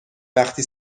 وقتی